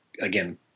again